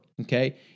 Okay